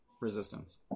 resistance